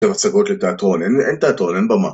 המצגות לתיאטרון אין תיאטרון אין במה